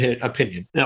opinion